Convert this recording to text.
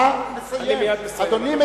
נא לסיים, אני מייד מסיים, אדוני.